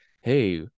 Hey